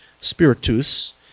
Spiritus